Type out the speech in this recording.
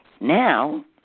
now